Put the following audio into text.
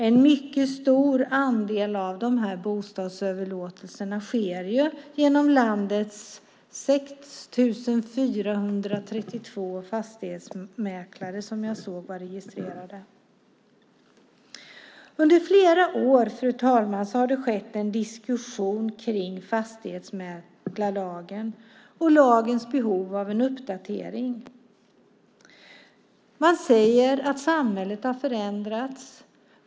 En mycket stor andel av de här bostadsöverlåtelserna sker genom landets 6 432 fastighetsmäklare, som jag såg var registrerade. Under flera år, fru talman, har det varit en diskussion om fastighetsmäklarlagen och lagens behov av uppdatering. Man säger att samhället har förändrats.